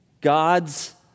God's